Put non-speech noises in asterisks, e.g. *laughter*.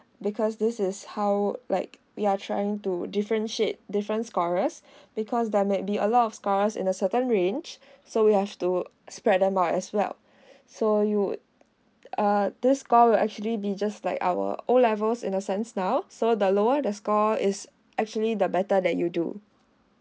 because this is how like we are trying to differentiate different scorers *breath* because there might be a lot of scorers in the certain range *breath* so we have to separate them out as well *breath* so you would uh this score will actually be just like our O levels in the sense now so the lower the score is actually the better that you do